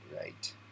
right